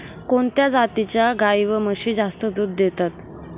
कोणत्या जातीच्या गाई व म्हशी जास्त दूध देतात?